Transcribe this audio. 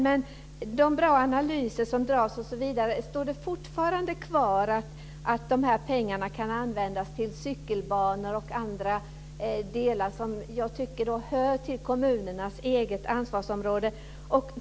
Det görs bra analyser osv. Står det fortfarande kvar att pengarna kan användas till cykelbanor och annat som jag tycker hör till kommunernas eget ansvarsområde?